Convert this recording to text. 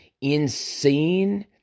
insane